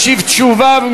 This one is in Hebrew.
ישיב תשובה,